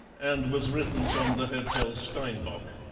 and was written from the hotel steinbock.